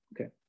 Okay